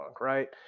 right